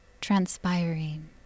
transpiring